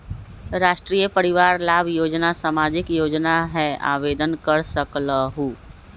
राष्ट्रीय परिवार लाभ योजना सामाजिक योजना है आवेदन कर सकलहु?